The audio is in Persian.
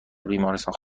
بیمارستان